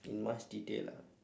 in much detail ah